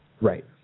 Right